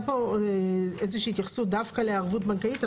פה איזה שהיא התייחסות דווקא לערבות בנקאית.